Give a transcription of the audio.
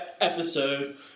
episode